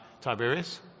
Tiberius